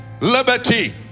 liberty